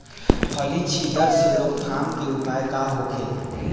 फली छिद्र से रोकथाम के उपाय का होखे?